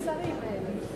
של השרים האלה.